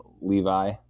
Levi